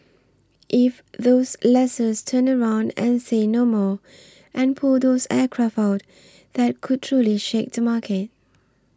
if those lessors turn around and say 'no more' and pull those aircraft out that could truly shake the market